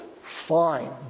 fine